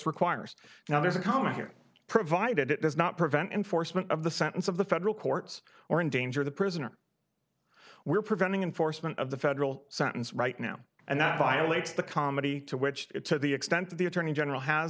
requires now there's a comment here provided it does not prevent enforcement of the sentence of the federal courts or endanger the prisoner we're preventing enforcement of the federal sentence right now and that violates the comedy to which to the extent that the attorney general has